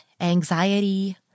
anxiety